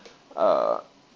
uh